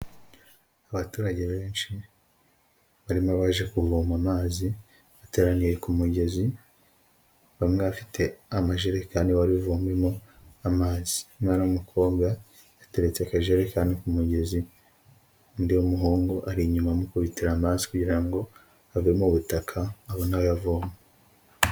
Abaturage benshi barimo abaje kuvoma amazi bateraniye ku mugezi, bamwe bafite amajerekani baribuvumemo amazi umwana w'umukobwa yateretse akajerekani ku mugezi undi w'umuhungu ari inyuma amukubitira amazi kugira ngo ave mu butaka abone ayo avoma.